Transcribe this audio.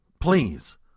please